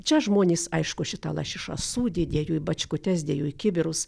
čia žmonės aišku šitą lašišą sūdė dėjo į bačkutes dėjo į kibirus